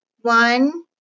One